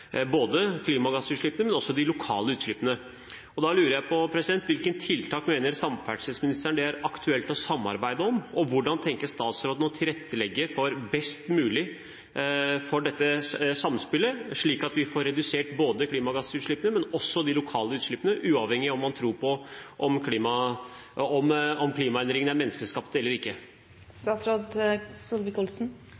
både klimagassutslippene og de lokale utslippene. Da lurer jeg på: Hvilke tiltak mener samferdselsministeren det er aktuelt å samarbeide om? Og hvordan tenker statsråden å tilrettelegge best mulig for dette samspillet, slik at vi får redusert både klimagassutslippene og de lokale utslippene uavhengig av om man tror at klimaendringene er menneskeskapt eller ikke? La meg først adressere debatten om